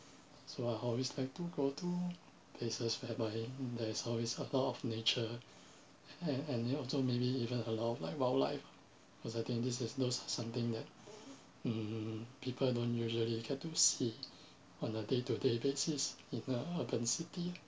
so I always like to go to places whereby there is always a lot of nature and and it also maybe even a lot of like wildlife cause I think this is those something that um people don't usually get to see on a day to day basis in the urban city